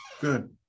good